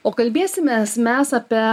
o kalbėsimės mes apie